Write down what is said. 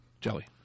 Jelly